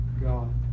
God